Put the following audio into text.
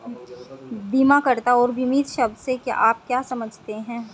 बीमाकर्ता और बीमित शब्द से आप क्या समझते हैं?